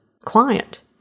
client